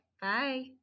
Bye